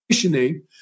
conditioning